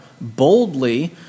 boldly